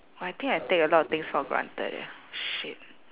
!wah! I think I take a lot of things for granted eh shit